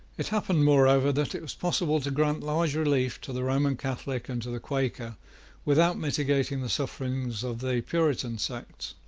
it happened, moreover, that it was possible to grant large relief to the roman catholic and to the quaker without mitigating the sufferings of the puritan sects.